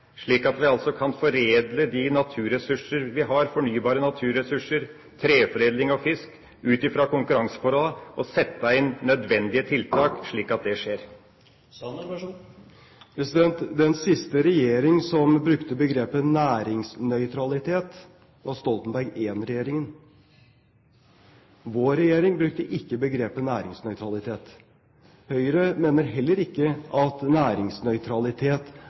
slik at vi kan foredle de fornybare naturressurser vi har – treforedling og fisk – ut fra konkurranseforholdene, og sette inn nødvendige tiltak? Den siste regjering som brukte begrepet næringsnøytralitet, var Stoltenberg I-regjeringen. Vår regjering brukte ikke begrepet næringsnøytralitet. Høyre mener heller ikke at næringsnøytralitet